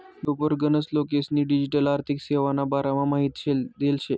युटुबवर गनच लोकेस्नी डिजीटल आर्थिक सेवाना बारामा माहिती देल शे